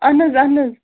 اہن حظ اہن حظ